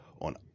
on